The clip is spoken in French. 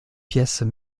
pièces